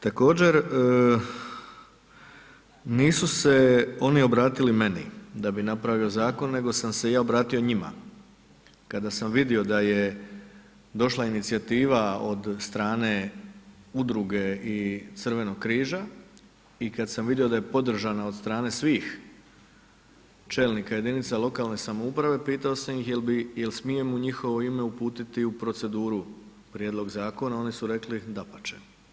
Također, nisu se oni obratili meni da bi napravio zakon nego sam se ja obratio njima kada sam vidio da je došla inicijativa od strane udruge i Crvenog križa i kad sam vidio da je podržana od strane svih čelnika jedinica lokalne samouprave, pitao sam ih jel smijem u njihovo ime uputiti u proceduru prijedlog zakona, oni su rekli dapače.